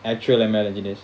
actually M_L engineers